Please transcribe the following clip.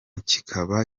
kikaba